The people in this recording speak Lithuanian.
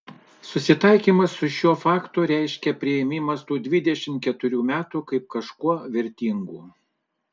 susitaikymas su šiuo faktu reiškia priėmimas tų dvidešimt keturių metų kaip kažkuo vertingų